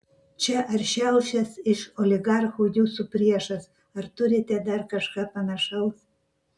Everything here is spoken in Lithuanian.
čia aršiausias iš oligarchų jūsų priešas ar turite dar kažką panašaus